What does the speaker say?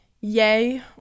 yay